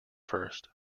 first